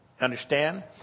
Understand